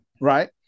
right